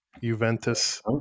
Juventus